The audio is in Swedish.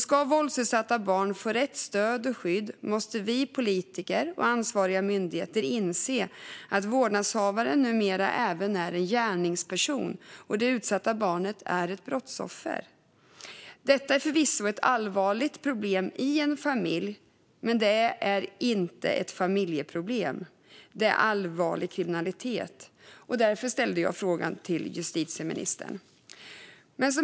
Ska våldsutsatta barn få rätt stöd och skydd måste vi politiker och ansvariga myndigheter inse att vårdnadshavaren numera även är en gärningsperson, och det utsatta barnet är ett brottsoffer. Detta är förvisso ett allvarligt problem i en familj, men det är inte ett familjeproblem. Det är allvarlig kriminalitet. Därför ställde jag frågan till justitieministern.